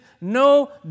no